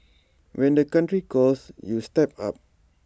when the country calls you step up